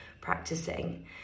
practicing